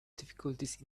difficulties